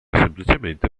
semplicemente